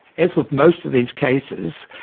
as with most of these cases,